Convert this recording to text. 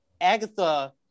Agatha